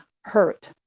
hurt